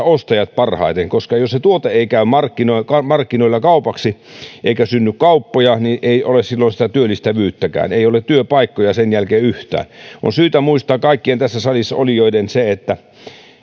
ostajat jos se tuote ei käy markkinoilla markkinoilla kaupaksi eikä synny kauppoja niin ei ole silloin sitä työllistävyyttäkään ei ole työpaikkoja sen jälkeen yhtään on syytä muistaa kaikkien tässä salissa olijoiden se että